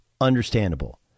Understandable